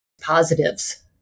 positives